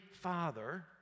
father